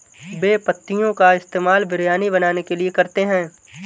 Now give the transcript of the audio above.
बे पत्तियों का इस्तेमाल बिरयानी बनाने के लिए करते हैं